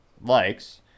likes